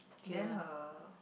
then her